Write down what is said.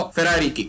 Ferrari